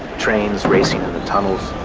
trains racing in the tunnels,